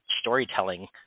storytelling